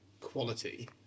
quality